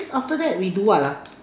after that we do what ah